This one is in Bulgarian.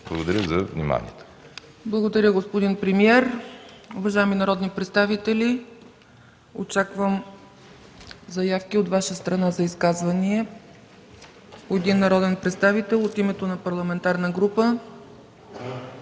ЦЕЦКА ЦАЧЕВА: Благодаря, господин премиер. Уважаеми народни представители, очаквам заявки от Ваша страна за изказвания – по един народен представител от името на парламентарна група.